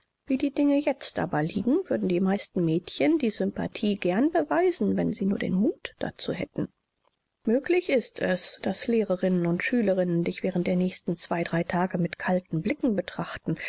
wie die dinge jetzt aber liegen würden die meisten mädchen die sympathie gern beweisen wenn sie nur den mut dazu hätten möglich ist es daß lehrerinnen und schülerinnen dich während der nächsten zwei drei tage mit kalten blicken betrachten